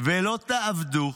ולא תעבדו,